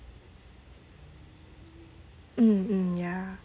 mm mm ya